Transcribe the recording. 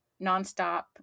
nonstop